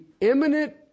imminent